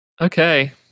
Okay